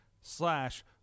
slash